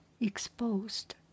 exposed